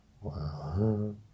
Wow